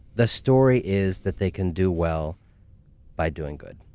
the story is that they can do well by doing good.